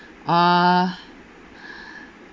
uh